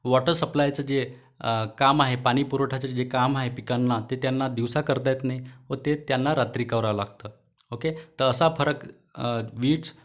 water सप्लायचं जे काम आहे पाणी पुरवठ्याचं जे काम आहे पिकांना ते त्यांना दिवस करता येत नाही व ते त्यांना रात्री करावं लागतं ओके तर असा फरक वीज